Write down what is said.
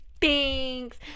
Thanks